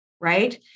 Right